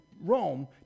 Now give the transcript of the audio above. Rome